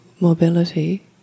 mobility